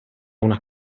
una